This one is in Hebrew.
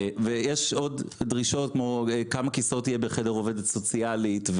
יש עוד דרישות כמו כמה כיסאות יהיה בחדר עובדת סוציאלית,